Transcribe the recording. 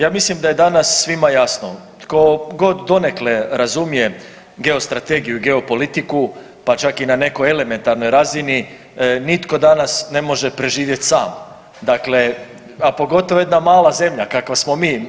Ja mislim da je danas svima jasno tko god donekle razumije geostrategiju i geopolitiku, pa čak i na nekoj elementarnoj razini nitko danas ne može preživjet sam, dakle a pogotovo jedna mala zemlja kakva smo mi.